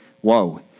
whoa